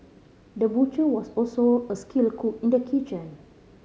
the butcher was also a skilled cook in the kitchen